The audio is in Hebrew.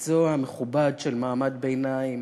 מקצוע מכובד של מעמד הביניים,